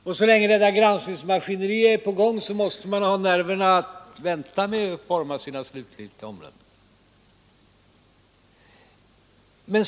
Och så länge det maskineriet är på gång måste man ha nerver nog att vänta med sina slutliga omdömen.